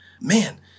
Man